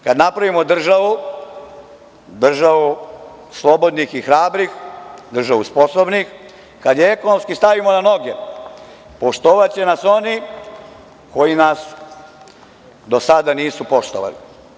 Kada napravimo državu, državu slobodnih i hrabrih, državu sposobnih, kada je ekonomski stavimo na noge, poštovaće nas oni koji nas do sada nisu poštovali.